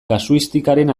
kasuistikaren